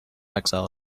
exile